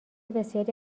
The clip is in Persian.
بسیاری